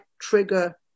trigger